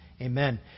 Amen